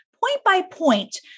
point-by-point